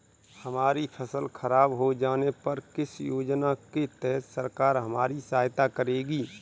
हमारी फसल खराब हो जाने पर किस योजना के तहत सरकार हमारी सहायता करेगी?